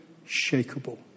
unshakable